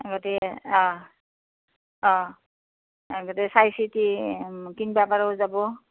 গতিকে অ অ গতিকে চাই চিতি এ কিনিব পৰাও যাব